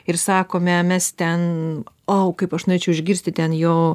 ir sakome mes ten ou kaip aš norėčiau išgirsti ten jo